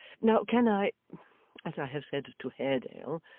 now, can i as i have said to haredale,